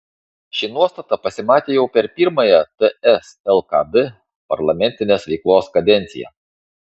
ši nuostata pasimatė jau per pirmąją ts lkd parlamentinės veiklos kadenciją